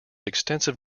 extensive